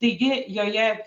taigi joje